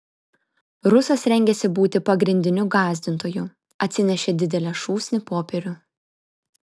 rusas rengėsi būti pagrindiniu gąsdintoju atsinešė didelę šūsnį popierių